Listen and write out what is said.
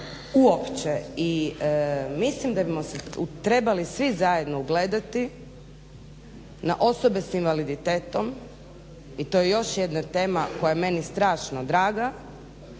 uopće i mislim da bismo se svi trebali zajedno ugledati na osobe s invaliditetom i to je još jedna tema koja je meni strašno draga.